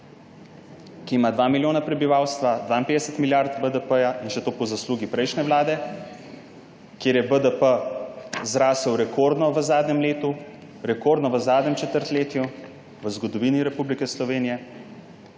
ki ima 2 milijona prebivalcev, 52 milijard BDP, in še to po zaslugi prejšnje vlade, ko je BDP zrasel rekordno v zadnjem letu, rekordno v zadnjem četrtletju, v zgodovini Republike Slovenije